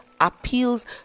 appeals